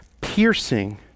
piercing